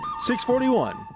641